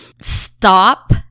stop